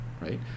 right